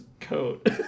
coat